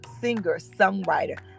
singer-songwriter